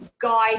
guide